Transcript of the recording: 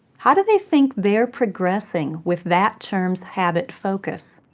how do they think they are progressing with that term's habit focus?